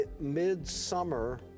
mid-summer